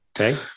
Okay